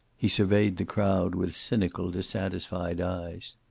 he surveyed the crowd with cynical, dissatisfied eyes.